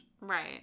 Right